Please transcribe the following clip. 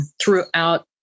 throughout